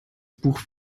buch